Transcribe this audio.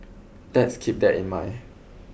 let's keep that in mind